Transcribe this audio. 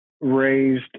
raised